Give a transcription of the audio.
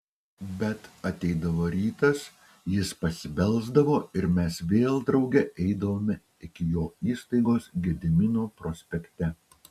bet ateidavo rytas jis pasibelsdavo ir mes vėl drauge eidavome iki jo įstaigos gedimino prospekte